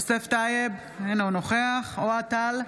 יוסף טייב, אינו נוכח אוהד טל,